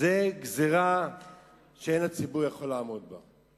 זו גזירה שאין הציבור יכול לעמוד בה.